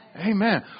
Amen